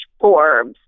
Forbes